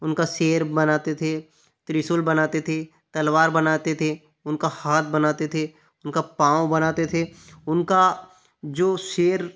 उनका शेर बनाते थे त्रिशूल बनाते थे तलवार बनाते थे उनका हाथ बनाते थे उनका पाँव बनाते थे उनका जो शेर